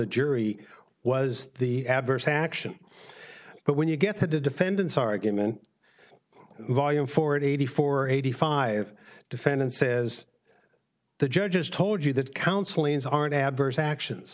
jury was the adverse action but when you get the defendant's argument volume four eighty four eighty five defendant says the judges told you that counseling is aren't adverse actions